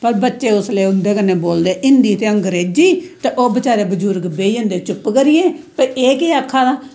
भाई बच्चे उसलै उंदे कन्नै कन्नै बोलदे हिन्दी ते अंग्रेजी ते ओह् बचैरे बजुर्ग बेही जंदे चुप्प करियै भाई एह् केह् आक्खा दा